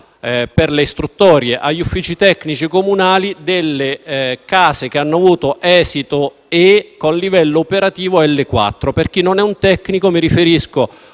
delle istruttorie agli uffici tecnici comunali delle case che hanno avuto esito E con livello operativo L4. Per chi non è un tecnico, mi riferisco